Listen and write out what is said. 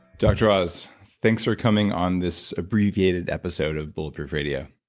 dr. oz, thanks for coming on this abbreviated episode of bulletproof radio.